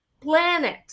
planet